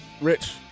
Rich